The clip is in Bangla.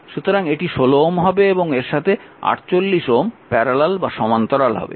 সুতরাং এটি 16Ω হবে এবং এর সাথে 48Ω সমান্তরাল হবে